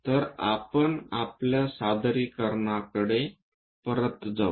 तर आपण आपल्या सादरीकरणाकडे परत जाऊ